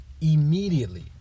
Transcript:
immediately